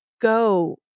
go